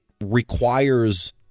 requires